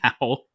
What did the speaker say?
now